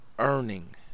earning